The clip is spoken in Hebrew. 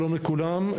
שלום לכולם,